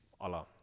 Allah